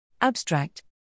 Abstract